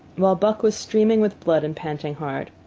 while buck was streaming with blood and panting hard.